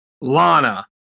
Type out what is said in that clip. Lana